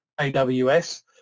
AWS